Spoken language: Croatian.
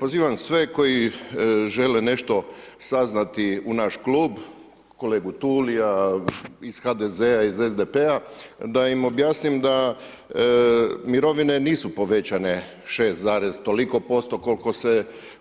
Pozivam sve koji žele nešto saznati u naš klub, kolegu Tulija iz HDZ-a, iz SDP-a, da im objasnim da mirovine nisu povećane 6, toliko posto,